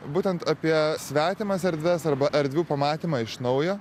būtent apie svetimas erdves arba erdvių pamatymą iš naujo